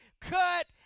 cut